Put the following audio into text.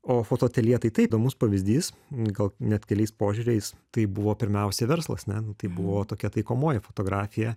o fotoateljė tai taip įdomus pavyzdys gal net keliais požiūriais tai buvo pirmiausia verslas ne nu tai buvo tokia taikomoji fotografija